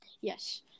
Yes